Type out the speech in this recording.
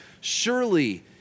surely